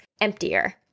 emptier